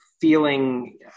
feeling